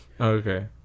Okay